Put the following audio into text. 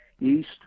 east